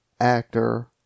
actor